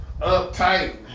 uptight